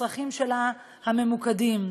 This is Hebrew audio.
לצרכים הממוקדים שלה.